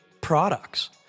products